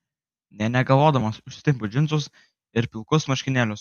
nė negalvodamas užsitempiau džinsus ir pilkus marškinėlius